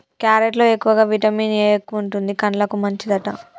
carrot లో ఎక్కువగా vitamin A ఎక్కువుంటది, కండ్లకు మంచిదట